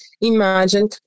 imagine